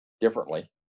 differently